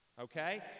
Okay